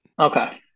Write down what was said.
Okay